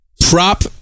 Prop